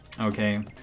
okay